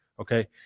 okay